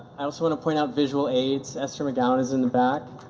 i also want to point out visual aids. esther mcgowan is in the back,